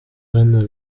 bwana